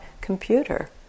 computer